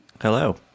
Hello